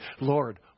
Lord